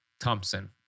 Thompson